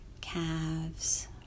calves